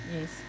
Yes